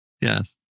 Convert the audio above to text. Yes